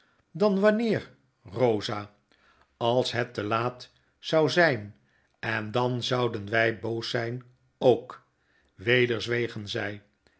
dan wanneer bosa als het te laat zou zyn en danzoudenwy boos zyn ook weder zwegen zij